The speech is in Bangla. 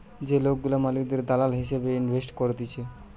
যে লোকগুলা মালিকের দালাল হিসেবে ইনভেস্ট করতিছে